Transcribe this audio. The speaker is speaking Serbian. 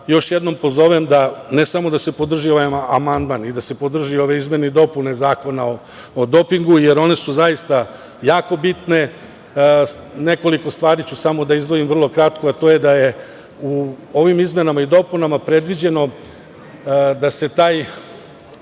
još jednom pozovem da ne samo da se podrži ovaj amandman i da se podrže ove izmene i dopune Zakona o dopingu, jer one su zaista jako bitne. Nekoliko stvari ću samo da izdvojim, vrlo kratko, a to je da je u ovim izmenama i dopunama predviđeno da se taj